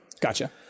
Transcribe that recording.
gotcha